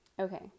Okay